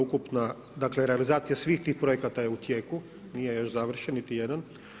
Ukupna realizacija svih projekata je u tijeku, nije još završen niti jedan.